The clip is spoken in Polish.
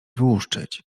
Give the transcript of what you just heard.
wyłuszczyć